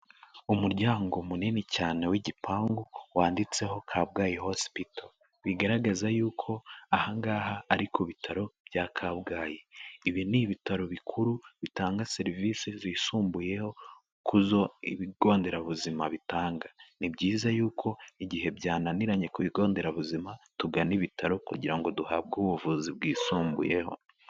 Umuryango munini cyane w'igipangu, wanditseho Kabgayi hospital, bigaragaza y'uko aha ngaha ari ku bitaro bya Kabgayi, ibi ni ibitaro bikuru bitanga serivisi zisumbuyeho kuzo ibigo nderabuzima bitanga, ni byiza y'uko igihe byananiranye ku bigo nderabuzima tugana ibitaro kugira ngo duhabwe ubuvuzi bwisumbuyeho.